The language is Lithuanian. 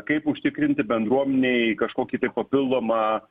kaip užtikrinti bendruomenei kažkokį tai papildomą